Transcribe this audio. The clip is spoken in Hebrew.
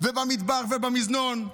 ובמטבח ובמזנון.